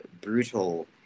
brutal